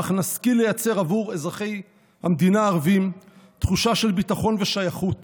כך נשכיל לייצר עבור אזרחי המדינה הערבים תחושה של ביטחון ושייכות